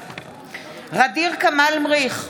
ע'דיר כמאל מריח,